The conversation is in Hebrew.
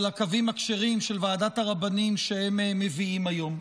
הקווים הכשרים של ועדת הרבנים שהם מביאים היום.